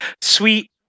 Sweet